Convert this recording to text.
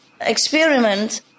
experiment